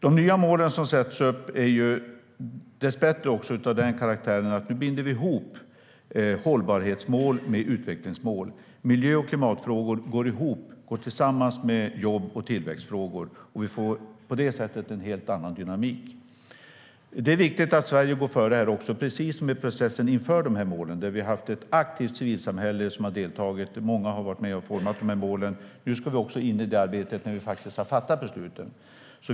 De nya mål som sätts upp är dessbättre av den karaktären att vi nu binder ihop hållbarhetsmål med utvecklingsmål. Miljö och klimatfrågor går ihop med jobb och tillväxtfrågor. Vi får på det sättet en helt annan dynamik. Det är viktigt att Sverige går före, precis som i processen inför de här målen, där vi haft ett aktivt civilsamhälle som deltagit. Det är många som har varit med och format de här målen. Nu ska vi också in i det arbetet när vi faktiskt har fattat besluten.